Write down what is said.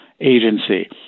agency